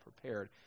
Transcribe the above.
prepared